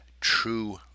true